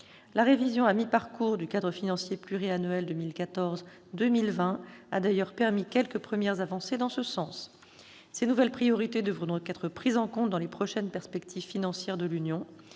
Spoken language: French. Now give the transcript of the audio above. La révision à mi-parcours du cadre financier pluriannuel 2014-2020 a permis quelques premières avancées en ce sens. Ces nouvelles priorités devront donc être prises en compte dans les prochaines perspectives financières de l'Union,